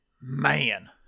man